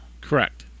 Correct